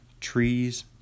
trees